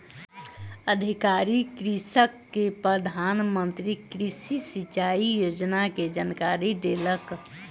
अधिकारी कृषक के प्रधान मंत्री कृषि सिचाई योजना के जानकारी देलक